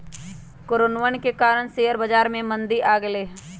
कोरोनवन के कारण शेयर बाजार में मंदी आ गईले है